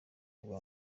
rwa